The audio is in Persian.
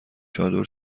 چادر